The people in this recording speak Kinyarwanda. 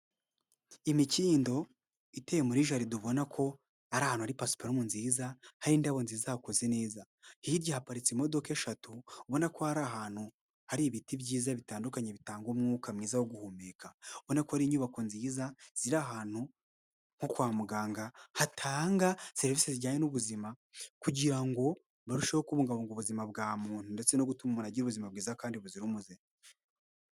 Imikindo iteye muri jardin ubona ko ari ahantu hari pasiparume nziza hari indabo nziza hakoze neza hirya haparitse imodoka eshatu ubona ko hari ahantu hari ibiti byiza bitandukanye bitangamo umwuka mwiza wo guhumeka ,ubona ko hari inyubako nziza ziri ahantu nko kwa muganga hatanga serivisi zijyanye n'ubuzima kugira ngo barusheho kubungabunga ubuzima bwa muntu ndetse no gutuma umuntu agira ubuzima bwiza kandi buzira umuze.